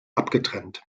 abgetrennt